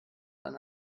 eine